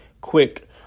quick